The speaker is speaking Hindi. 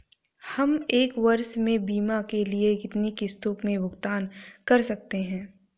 हम एक वर्ष में बीमा के लिए कितनी किश्तों में भुगतान कर सकते हैं?